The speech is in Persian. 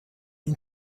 این